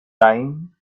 time